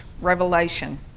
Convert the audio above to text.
revelation